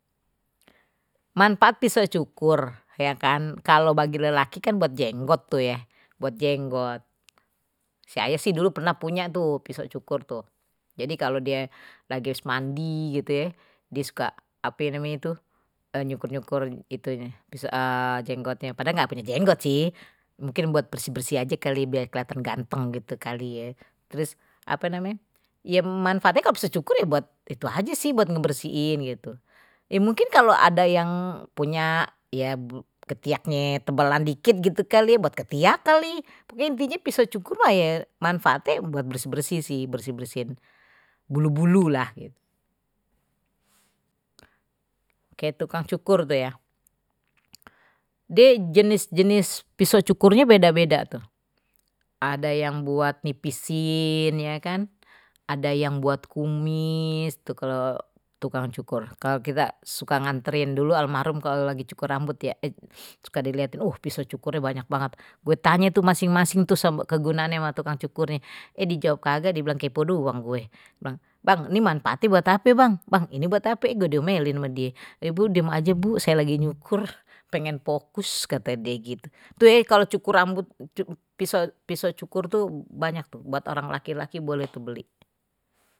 Manfaat pisau cukur ya kan kalau bagi lelaki kan buat jenggot tuh ye, buat jenggot kayak ayah sih dulu pernah punya tuh pisau cukur tuh jadi kalau dia lagi wes mandi gitu ye dia suka apa namanya itu nyukut-ngikut itunya bisa jenggotnya padahal nggak punya jenggot sih mungkin buat bersih-bersih aja kali biar kelihatan ganteng gitu kali ye terus apa namanya ya manfaatnya kalau secukur ya buat itu aja sih buat ngebersihin gitu ya mungkin kalau ada yang punya ya ketiaknya tebal dikit gitu kali ya buat ketiak kali, pokoknye ini intinya pisau cukur mah ya manfaatin buat bersih-bersih sih bersih-bersin bulu-bulu lah, kayak tukang cukur tuh ya die jenis-jenis pisau cukurnya beda-beda tuh ada yang buat nipisin ya kan ada yang buat kumis, tuh kalau tukang cukur kalau kita suka nganterin dulu almarhum kalau lagi cukur rambut ya suka dilihatin oh pisau cukurnya banyak banget gue tanye tu masing-masing tuh sama kegunaannya untuk tukang cukur nih eh dijawab kagak dibilang kepo doang gue bang ini manfaati buat hp bang bang ini buat ape gua diomelin sama dia ibu diem aja bu saya lagi nyukur pengen fokus kata dia gitu tuh kalau cukur rambut pisau pisau cukur tuh banyak tuh buat orang laki-laki boleh beli.